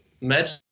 Match